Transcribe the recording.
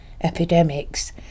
epidemics